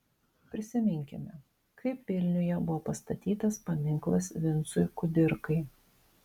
prisiminkime kaip vilniuje buvo pastatytas paminklas vincui kudirkai